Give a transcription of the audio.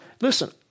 listen